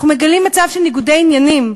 אנחנו מגלים מצב של ניגודי עניינים,